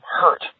hurt